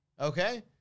Okay